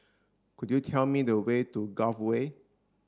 could you tell me the way to Gul Way